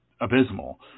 abysmal